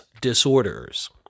disorders